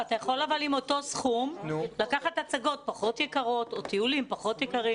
אתה יכול עם אותו סכום לקחת הצגות פחות יקרות או טיולים פחות יקרים.